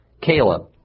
Caleb